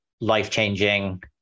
life-changing